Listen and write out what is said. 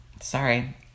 sorry